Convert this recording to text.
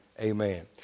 amen